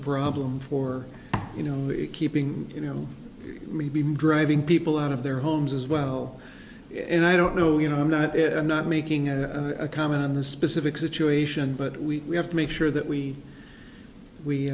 a problem for you know keeping you know may be driving people out of their homes as well and i don't know you know i'm not i'm not making a comment on the specific situation but we have to make sure that we we